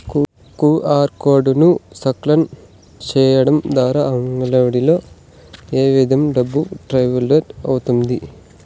QR code ను scan సేయడం ద్వారా అంగడ్లలో ఏ విధంగా డబ్బు ట్రాన్స్ఫర్ అవుతుంది